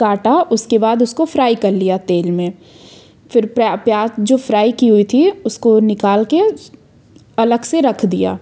काटा उसके बाद उसको फ्राई कर लिया तेल में फिर प्याज जो फ्राई कि हुई थी उसको निकाल के अलग से रख दिया